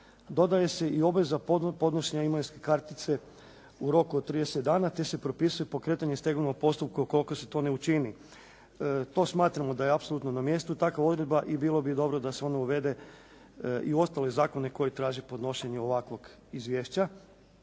dodaje se i obveza podnošenja imovinske kartice u roku od 30 dana te se propisuje pokretanje stegovnog postupka ukoliko se to ne učini. To smatramo da je apsolutno na mjestu takva odredba i bilo bi dobro da se ona uvede i u ostale zakone koji traže podnošenje ovakvog izvješća.